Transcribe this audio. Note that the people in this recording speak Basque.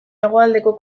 hegoaldeko